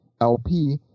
lp